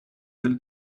del